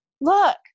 look